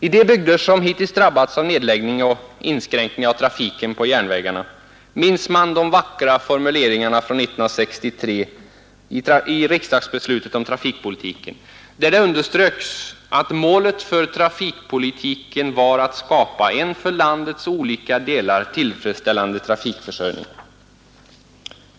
I de bygder som hittills drabbats av nedläggning och inskränkning av trafiken på järnvägarna minns man de vackra formuleringarna från 1963 års riksdagsbeslut om trafikpolitiken, där det underströks att målet för trafikpolitiken var att skapa en för landets olika delar tillfredsställande trafikförsörjning.